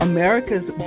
America's